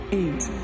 eight